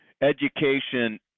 education